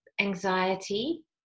anxiety